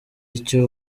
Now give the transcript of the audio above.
icyo